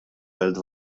belt